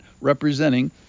representing